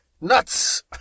nuts